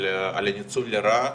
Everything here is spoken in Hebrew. על הניצול לרעה,